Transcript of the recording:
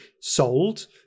sold